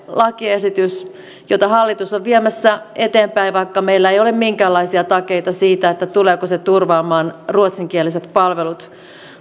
lakiesitys jota hallitus on viemässä eteenpäin vaikka meillä ei ole minkäänlaisia takeita siitä tuleeko se turvaamaan ruotsinkieliset palvelut